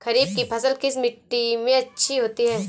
खरीफ की फसल किस मिट्टी में अच्छी होती है?